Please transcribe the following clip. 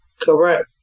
Correct